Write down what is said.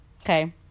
okay